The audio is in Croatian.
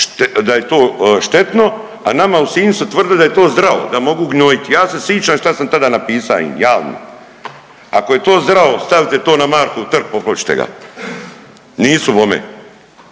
da je to štetno, a nama u Sinju su tvrdili da je to zdravo, da mogu gnjojiti, ja se sićam šta sam tada napisa javno. Ako je to zdravo stavite to na Markov trg popločite ga. Nisu bome.